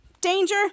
Danger